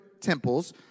temples